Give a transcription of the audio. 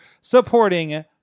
supporting